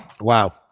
Wow